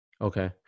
okay